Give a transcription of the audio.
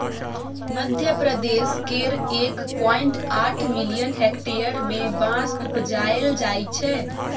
मध्यप्रदेश केर एक पॉइंट आठ मिलियन हेक्टेयर मे बाँस उपजाएल जाइ छै